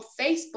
facebook